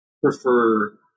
prefer